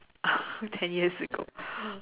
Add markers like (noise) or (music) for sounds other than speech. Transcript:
(laughs) ten years ago